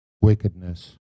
wickedness